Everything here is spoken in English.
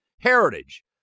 Heritage